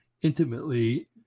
intimately